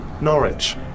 Norwich